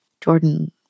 Jordan